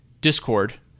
Discord